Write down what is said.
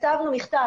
כתבנו מכתב,